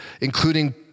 including